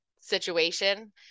situation